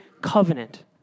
Covenant